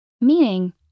Meaning